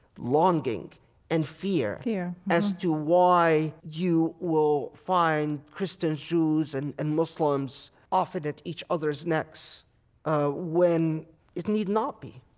longing and fear as to why you will find christians, jews and and muslims often at each other's necks ah when it need not be